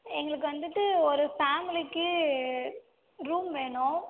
எங்களுக்கு வந்துவிட்டு ஒரு ஃபேமிலிக்கு ரூம் வேணும்